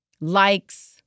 likes